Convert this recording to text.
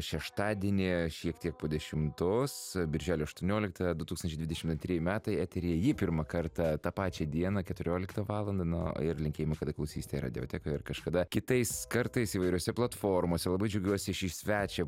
šeštadienį šiek tiek po dešimtos birželio aštuonioliktą du tūkstančiai dvidešim antrieji metai eteryje ji pirmą kartą tą pačią dieną keturioliktą valandą nu ir linkėjimai kada klausysite radiotekoje ar kažkada kitais kartais įvairiose platformose labai džiaugiuosi šį svečią